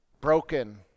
broken